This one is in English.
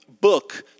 book